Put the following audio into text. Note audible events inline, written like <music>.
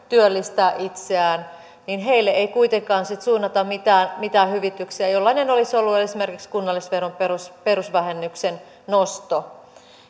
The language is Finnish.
<unintelligible> työllistää itseään niin heille ei kuitenkaan suunnata mitään mitään hyvityksiä jollainen olisi ollut esimerkiksi kunnallisveron perusvähennyksen nosto